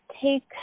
take –